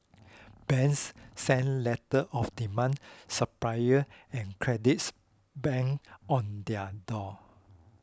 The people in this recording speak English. banks sent letters of demand suppliers and creditors banged on their door